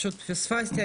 פספסתי,